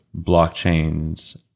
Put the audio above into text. blockchains